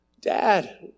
Dad